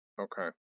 Okay